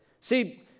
See